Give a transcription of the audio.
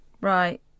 Right